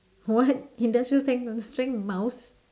what industrial strength strength mouse